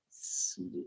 sweet